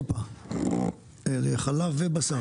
חלב ובשר.